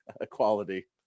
equality